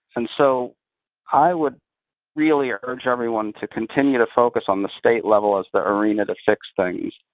and so i would really urge everyone to continue to focus on the state level as the arena to fix things.